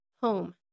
home